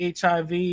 hiv